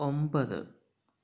ഒമ്പത്